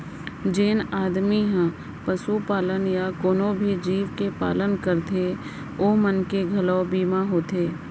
जेन आदमी ह पसुपालन या कोनों भी जीव के पालन करथे ओ मन के घलौ बीमा होथे